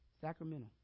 Sacramento